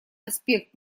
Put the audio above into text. аспект